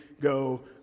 go